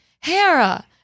Hera